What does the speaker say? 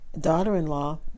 daughter-in-law